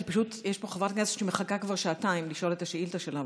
כי פשוט יש פה חברת כנסת שמחכה כבר שעתיים לשאול את השאילתה שלה.